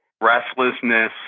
Restlessness